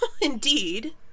Indeed